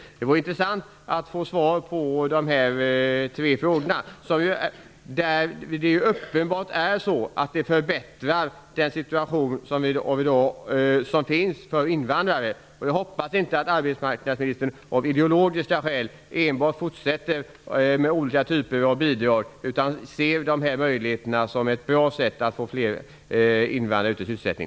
Det vore intressant att få svar på dessa tre frågor. Det är uppenbart att invandrarpraktiken förbättrar invandrarnas situation. Jag hoppas att inte arbetsmarknadsministern enbart av ideologiska skäl fortsätter med olika typer av bidrag utan att han ser dessa möjligheter som ett bra sätt att få fler invandrare i sysselsättning.